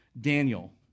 Daniel